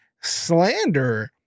slander